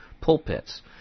pulpits